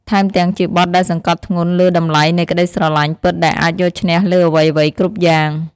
ថែមទាំងជាបទដែលសង្កត់ធ្ងន់លើតម្លៃនៃក្តីស្រឡាញ់ពិតដែលអាចយកឈ្នះលើអ្វីៗគ្រប់យ៉ាង។